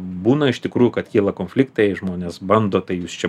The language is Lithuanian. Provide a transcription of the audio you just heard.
būna iš tikrųjų kad kyla konfliktai žmonės bando tai jūs čia